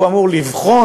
הוא אמור לבחון,